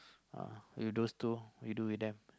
uh with those two we do with them